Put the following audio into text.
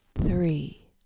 Three